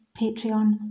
Patreon